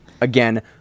Again